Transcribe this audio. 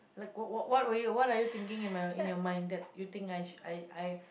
like what what what would you what are you thinking in my in your mind that you think I should I I